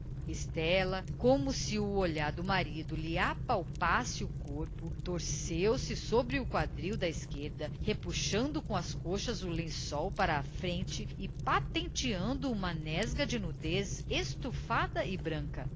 estela como se o olhar do marido lhe apalpasse o corpo torceu se sobre o quadril da esquerda repuxando com as coxas o lençol para a frente e patenteando uma nesga de nudez estofada e branca